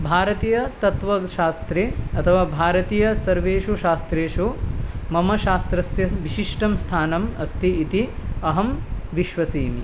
भारतीयतत्त्वशास्त्रे अथवा भारतीय सर्वेषु शास्त्रेषु मम शास्त्रस्य विशिष्टं स्थानम् अस्ति इति अहं विश्वसिमि